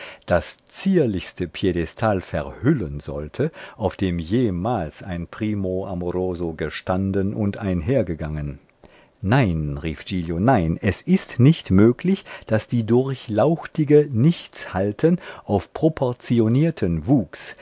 das zierlichste piedestal verhüllen sollte auf dem jemals ein prima amoroso gestanden und einhergegangen nein rief giglio nein es ist nicht möglich daß die durchlauchtige nichts halten auf proportionierten wuchs